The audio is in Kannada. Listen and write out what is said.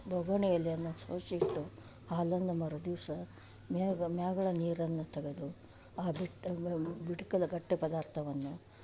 ಬೊಗುಣಿಯಲ್ಲಿ ಅದನ್ನ ಸೋಸಿ ಇಟ್ಟು ಹಾಲನ್ನು ಮರು ದಿವಸ ಮ್ಯಾಗ ಮ್ಯಾಗಳ ನೀರನ್ನು ತಗದು ಆ ಬಿಟ್ಟ ಬಿಡ್ಕಲ ಗಟ್ಟಿ ಪದಾರ್ಥವನ್ನು